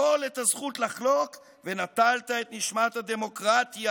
טול את הזכות לחלוק ונטלת את נשמת הדמוקרטיה.